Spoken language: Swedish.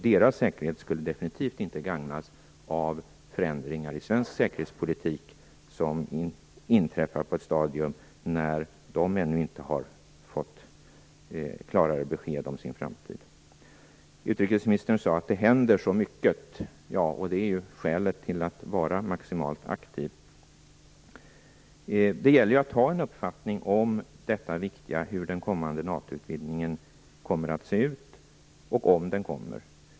Deras säkerhet skulle definitivt inte gagnas av förändringar i svensk säkerhetspolitik som inträffar i ett stadium när dessa stater ännu inte har fått klarare besked om sin framtid. Utrikesministern sade att det händer så mycket. Det är ju också skälet till att vara maximalt aktiv. Det gäller att ha en uppfattning i den viktiga frågan om hur den kommande NATO-utvidningen kommer att se ut, och om den kommer.